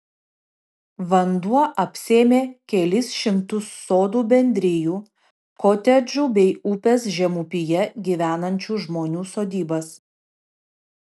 vanduo apsėmė kelis šimtus sodų bendrijų kotedžų bei upės žemupyje gyvenančių žmonių sodybas